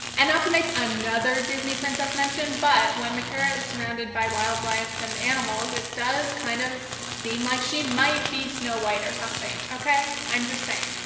and not to make another disney princess mention, but, when micarah is surrounded by wildlife and animals, it does kind of seem like she might be snow white or something, ok? i'm just saying,